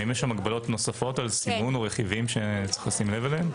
האם יש הגבלות על סימון או רכיבים שיש לשים לב אליהם?